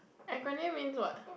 acronym means what